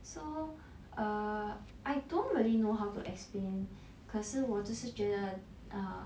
so err I don't really know how to explain 可是我只是觉得 err